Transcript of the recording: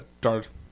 Darth